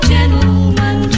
Gentleman